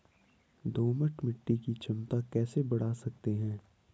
दोमट मिट्टी की क्षमता कैसे बड़ा सकते हैं?